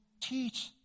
teach